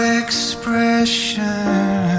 expression